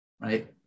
right